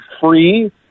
free